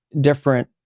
different